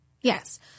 Yes